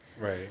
Right